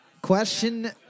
Question